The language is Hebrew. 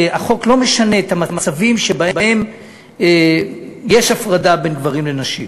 החוק לא משנה את המצבים שבהם יש הפרדה בין גברים לנשים.